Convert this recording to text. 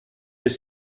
des